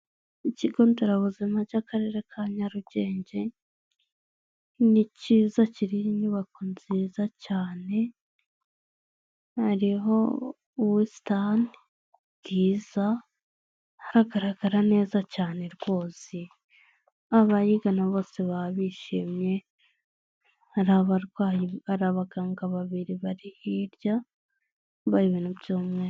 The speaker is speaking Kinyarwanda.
Ikigo nderabuzima cy'akarere ka Nyarugenge ni cyiza kiriho inyubako nziza cyane hariho ubusitani bwiza hagaragara neza cyane rwose abayigana bose baba bishimye, hari abarwayi ari abaganga babiri bari hirya bambaye ibintu by'umweru.